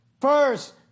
First